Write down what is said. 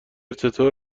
چطور